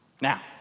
Now